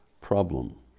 problem